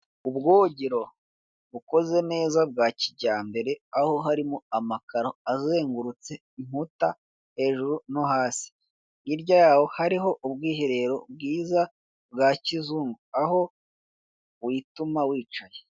Ubwogero bukoze neza bwa kijyambere aho harimo amakaro azengurutse inkuta hejuru no hasi, hirya yaho hariho ubwiherero bwiza bwa kizungu aho wituma wicaye.